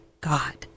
God